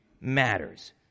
matters